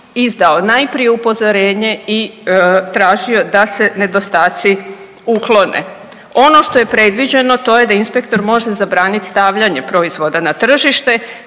izdao najprije upozorenje i tražio da se nedostaci uklone. Ono što je predviđeno to je da inspektor može zabraniti stavljanje proizvoda na tržište